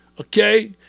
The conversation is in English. Okay